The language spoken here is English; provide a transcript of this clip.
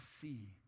see